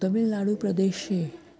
तमिल्नाडुप्रदेशे